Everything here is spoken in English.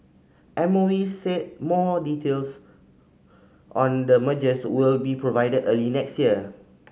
M O E said more details on the mergers will be provided early next year